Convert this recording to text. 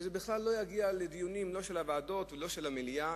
וזה בכלל לא יגיע לדיונים לא של הוועדות ולא של המליאה.